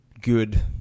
good